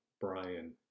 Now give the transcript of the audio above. Brian